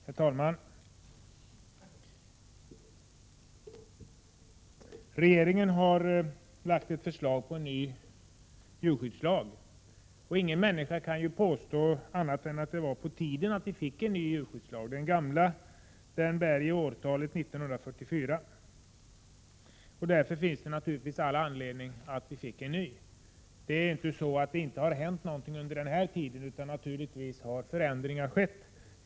Herr talman! Regeringen har lagt fram ett förslag till ny djurskyddslag. Ingen människa kan påstå annat än att det är på tiden att vi får en ny djurskyddslag. Den gamla lagen bär årtalet 1944. Därför finns naturligtvis all anledning att vi får en ny lag. Det är inte så att ingenting har hänt under denna tid. Naturligtvis har förändringar skett.